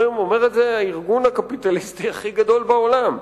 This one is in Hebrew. אומר את זה הארגון הקפיטליסטי הכי גדול בעולם.